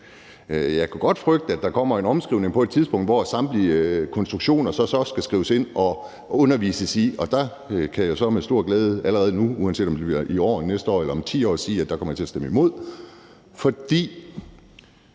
Jeg kunne godt frygte, at der kommer en omskrivning på et tidspunkt, hvor samtlige konstruktioner så også skal skrives ind og undervises i, og der kan jeg så med stor glæde allerede nu, uanset om det bliver i år, næste år eller om 10 år, sige, at der kommer jeg til at stemme imod. For